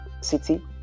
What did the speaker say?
city